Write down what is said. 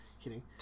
kidding